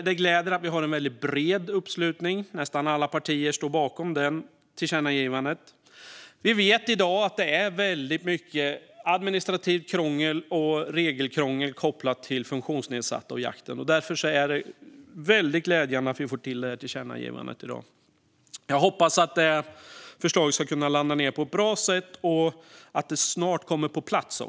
Det gläder mig att vi har bred uppslutning där. Nästan alla partier står bakom det förslaget. Vi vet att det i dag är mycket administrativt krångel och regelkrångel kopplat till funktionsnedsatta och jakt. Därför är det glädjande att vi fått till detta förslag till tillkännagivande. Jag hoppas att det ska kunna landa på ett bra sätt och att det här snart kommer på plats.